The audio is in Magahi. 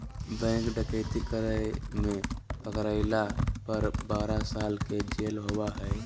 बैंक डकैती कराय में पकरायला पर बारह साल के जेल होबा हइ